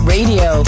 Radio